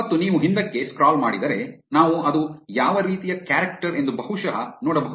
ಮತ್ತು ನೀವು ಹಿಂದಕ್ಕೆ ಸ್ಕ್ರಾಲ್ ಮಾಡಿದರೆ ನಾವು ಅದು ಯಾವ ರೀತಿಯ ಕ್ಯಾರೆಕ್ಟರ್ ಎಂದು ಬಹುಶಃ ನೋಡಬಹುದು